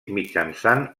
mitjançant